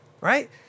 right